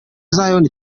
zion